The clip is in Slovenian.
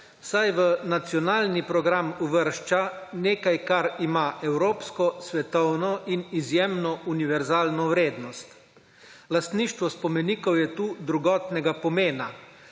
saj v nacionalni program uvršča nekaj kar ima evropsko, svetovno in izjemno univerzalno vrednost. Lastništvo spomenikov je tu drugotnega pomena.